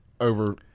over